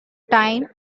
time